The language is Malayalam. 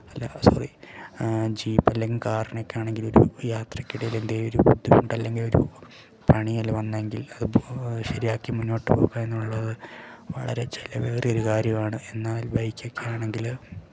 അല്ല സോറി ജീപ്പ് അല്ലെങ്കിൽ കാറിനൊക്കെ ആണെങ്കിൽ ഒരു യാത്രക്കിടയിൽ എന്തെങ്കിലും ഒരു ബുദ്ധിമുട്ട് അല്ലെങ്കിൽ ഒരു പണിയെല്ലാം വന്നെങ്കിൽ അത് ശരിയാക്കി മുന്നോട്ട് പോകുക എന്നുള്ളത് വളരെ ചെലവേറിയ ഒരു കാര്യമാണ് എന്നാൽ ബൈക്ക് ഒക്കെ ആണെങ്കിൽ